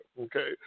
okay